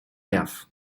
jaw